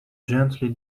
gently